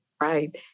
right